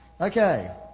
Okay